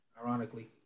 ironically